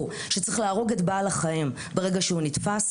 שצריך להרוג את בעל החיים ברגע שהוא נתפס.